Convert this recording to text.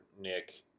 Nick